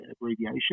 abbreviation